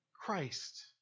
Christ